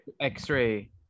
x-ray